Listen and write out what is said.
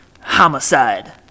Homicide